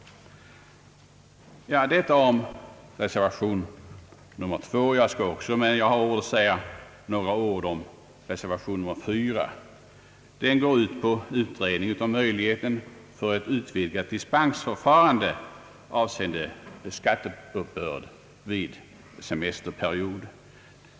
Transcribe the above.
Detta om reservation nr 2. Jag skall också säga några ord om reservation nr 4. Den går ut på en utredning om möjligheten för ett vidgat dispensförfarande avseende skatteuppbörd under semesterperiod.